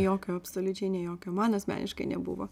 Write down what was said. jokio absoliučiai nė jokio man asmeniškai nebuvo